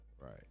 Right